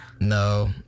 no